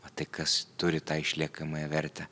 o tai kas turi tą išliekamąją vertę